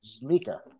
Mika